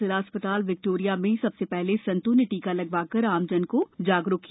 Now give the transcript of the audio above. जिला अस्पताल विक्टोरिया में सबसे पहले सन्तों ने टीका लगवाकर आमजन को जागरूक किया